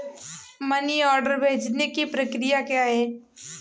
Money order भेजने की प्रक्रिया क्या है?